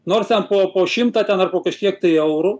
nors ten po po šimtą ten ar po kažkiek tai eurų